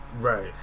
Right